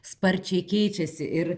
sparčiai keičiasi ir